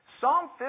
Psalm